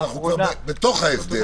שאנחנו כבר בתוך ההסדר.